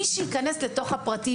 מי שייכנס לתוך הפרטים,